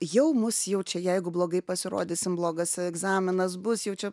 jau mus jau čia jeigu blogai pasirodysim blogas egzaminas bus jau čia